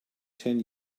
ten